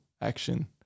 action